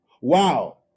Wow